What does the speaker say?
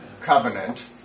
covenant